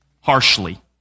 harshly